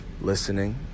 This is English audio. listening